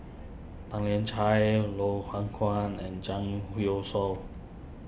Tan Lian Chye Loh Hoong Kwan and Zhang Hui Youshuo